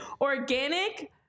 Organic